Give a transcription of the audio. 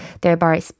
thereby